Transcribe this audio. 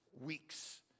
weeks